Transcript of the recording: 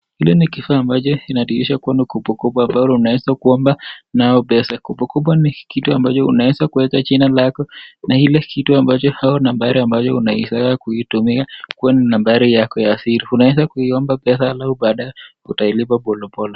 Hiki ni kifaa ambacho kinadhihirisha kuwa ni Kopokopo, ambalo unaweza kuomba nayo pesa. Kopokopo ni kitu ambayo unaweza kuweka jina lako na ile kitu ambacho au nambari ambayo unaizoea kuitumia kuwa ni nambari yako ya siri. Unaweza kuiomba pesa halafu baadaye utailipa pole pole.